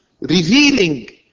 revealing